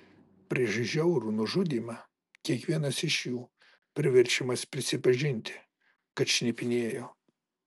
prieš žiaurų nužudymą kiekvienas iš jų priverčiamas prisipažinti kad šnipinėjo